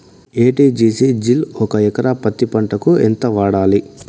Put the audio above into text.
ఎ.టి.జి.సి జిల్ ఒక ఎకరా పత్తి పంటకు ఎంత వాడాలి?